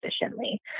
efficiently